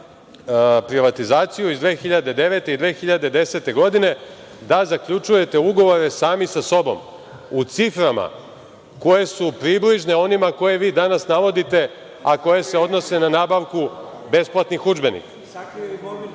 privatizaciju iz 2009. i 2010. godine, da zaključujete ugovore sami sa sobom, u ciframa koje su približne onima koje vi danas navodite, a koje se odnose na nabavku besplatnih udžbenika.